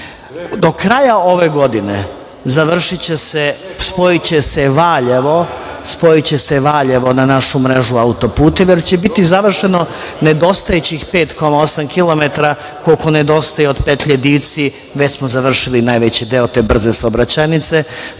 Do kraja ove godine, završiće se, spojiće se Valjevo, na našu mrežu auto puteva, jer će biti završeno nedostajućih 5,8 km koliko nedostaje od petlje Divci, već smo završili najveći deo te brze saobraćajnice,